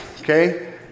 okay